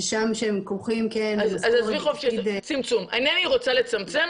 ששם הם כורכים --- אינני רוצה לצמצם,